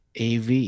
AV